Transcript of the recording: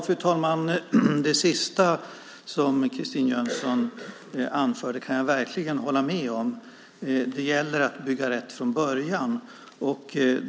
Fru talman! Det sista som Christine Jönsson anförde kan jag verkligen hålla med om - att det gäller att från början bygga rätt.